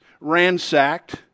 ransacked